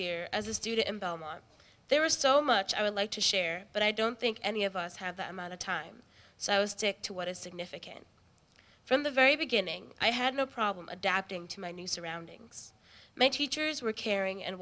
year as a student in belmont there is so much i would like to share but i don't think any of us have that amount of time so stick to what is significant from the very beginning i had no problem adapting to my new surroundings my teachers were caring and